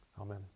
Amen